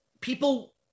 people